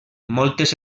moltes